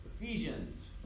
Ephesians